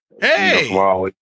Hey